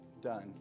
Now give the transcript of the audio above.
done